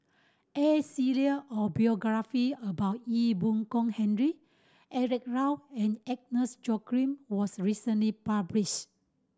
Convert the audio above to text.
A serie of biography about Ee Boon Kong Henry Eric Low and Agnes Joaquim was recently published